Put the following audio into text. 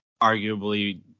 Arguably